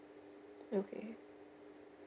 okay